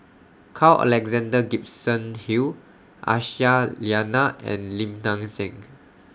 Carl Alexander Gibson Hill Aisyah Lyana and Lim Nang Seng